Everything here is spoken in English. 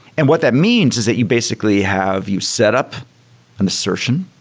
and what that means is that you basically have you set up an assertion.